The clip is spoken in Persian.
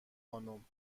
خانم